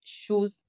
shoes